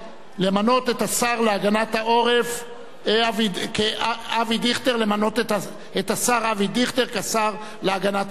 למנות את אבי דיכטר לשר להגנת העורף.